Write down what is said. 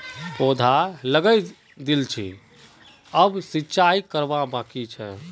पौधा लगइ दिल छि अब सिंचाई करवा बाकी छ